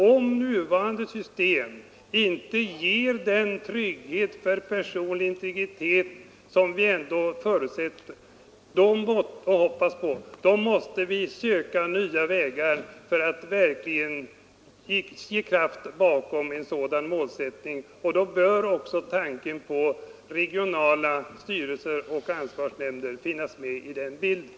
Om nuvarande system inte ger det skydd för den personliga integriteten som vi ändå förutsätter och hoppas på, måste vi söka nya vägar för att verkligen sätta kraft bakom en sådan målsättning. Då bör också tanken på regionala styrelser eller ansvarsnämnder finnas med i bilden.